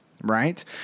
right